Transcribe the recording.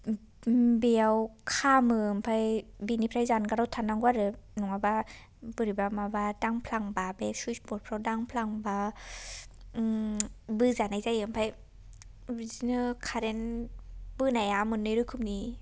बेयाव खामो ओमफ्राय बिनिफ्राय जानगाराव थानांगौ आरो नङाबा बोरैबा माबा दांफ्लांबा बे सुइत्स बर्डफ्राव दांफ्लांबा बोजानाय जायो ओमफ्राय बिदिनो खारेन बोनाया मोननै रोखोमनि